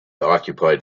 occupied